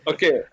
Okay